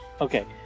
Okay